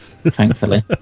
thankfully